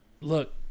Look